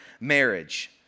marriage